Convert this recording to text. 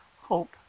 hope